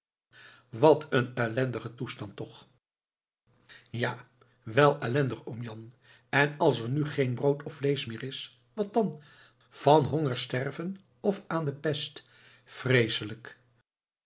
wat een ellendige toestand toch ja wel ellendig oom jan en als er nu geen brood of vleesch meer is wat dan van honger sterven of aan de pest vreeselijk